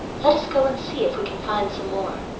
let us go and see if we can find some more,